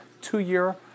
two-year